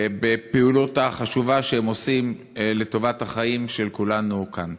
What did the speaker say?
בפעילות החשובה שהם עושים לטובת החיים של כולנו כאן.